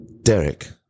Derek